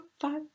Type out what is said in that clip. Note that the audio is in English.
five